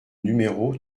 numéro